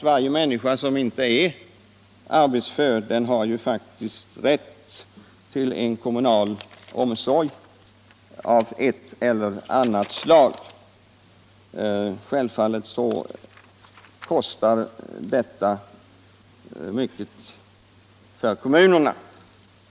Varje människa som ine är arbetsför har faktiskt rätt till kommunal omsorg av ett eller annat slag. Självfallet kostar den mycket för kommunerna.